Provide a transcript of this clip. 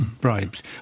bribes